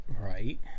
Right